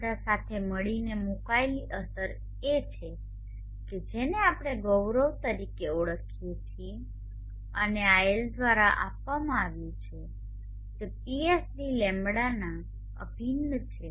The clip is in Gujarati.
આ બધા સાથે મળીને મુકાયેલી અસર એ છે કે જેને આપણે ગૌરવ તરીકે ઓળખીએ છીએ અને આ L દ્વારા આપવામાં આવ્યું છે જે PS d લેમડાના અભિન્ન છે